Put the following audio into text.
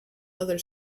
other